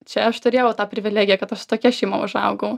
čia aš turėjau tą privilegiją kad aš su tokia šeima užaugau